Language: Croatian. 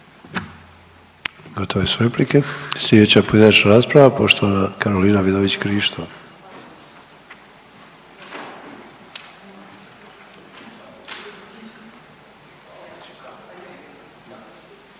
Gotove su replike. Slijedeća pojedinačna rasprava poštovana Karolina Vidović Krišto.